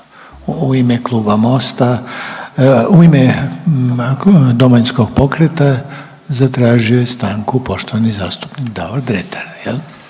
u ime Kluba MOST-a, u ime Domovinskog pokreta zatražio je stanku poštovani zastupnik Davor Dretar